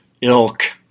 Ilk